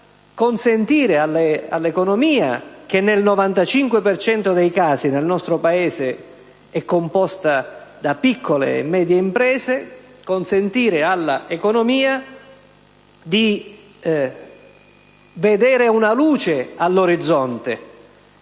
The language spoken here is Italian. consentire all'economia, che nel 95 per cento dei casi nel nostro Paese è composta da piccole e medie imprese, di vedere una luce all'orizzonte.